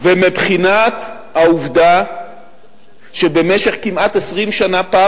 ומבחינת העובדה שבמשך כמעט 20 שנה פעם